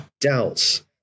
doubts